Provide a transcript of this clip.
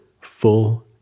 full